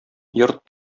йорт